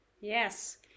yes